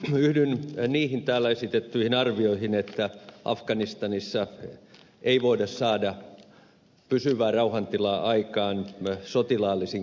yhdyn niihin täällä esitettyihin arvioihin että afganistanissa ei voida saada pysyvää rauhantilaa aikaan sotilaallisin keinoin